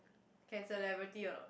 can celebrity or not